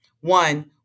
One